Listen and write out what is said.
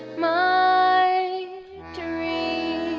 my dreams